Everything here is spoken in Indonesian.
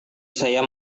saya